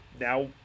now